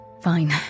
fine